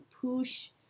push